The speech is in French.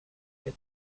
qu’a